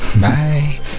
Bye